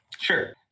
Sure